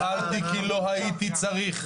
לא הפעלתי כי לא הייתי צריך.